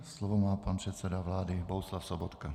Slovo má pan předseda vlády Bohuslav Sobotka.